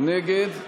נגד,